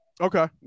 Okay